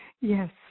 Yes